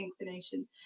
inclination